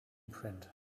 print